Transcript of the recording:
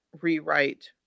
rewrite